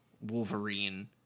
Wolverine